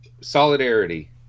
solidarity